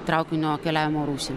traukinio keliavimo rūšį